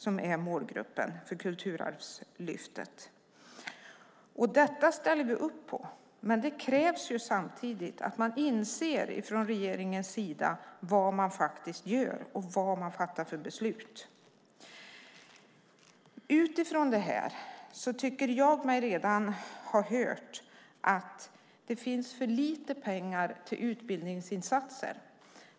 Det är målgruppen för Kulturarvslyftet. Det ställer vi upp på, men det kräver samtidigt att man från regeringens sida inser vad man faktiskt gör och vad man fattar för beslut. Utifrån detta tycker jag mig redan ha hört att det finns för lite pengar till utbildningsinsatser.